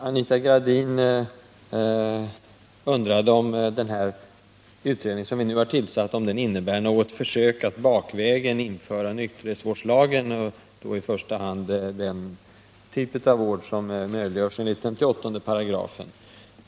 Anita Gradin undrade om den utredning som vi nu har tillsatt innebär något försök att bakvägen införa nykterhetsvårdslagen — och då i första hand den typ av vård som möjliggörs enligt 58 §.